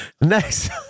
Next